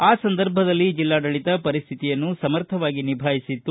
ಆ ಸಂದರ್ಭದಲ್ಲಿ ಜಿಲ್ಲಾಡಳಿತ ಪರಿಶ್ನಿತಿಯನ್ನು ಸಮರ್ಥವಾಗಿ ನಿಭಾಯಿಸಿತ್ತು